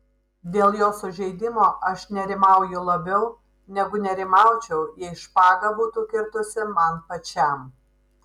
dėl jo sužeidimo aš nerimauju labiau negu nerimaučiau jei špaga būtų kirtusi man pačiam